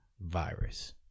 virus